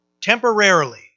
Temporarily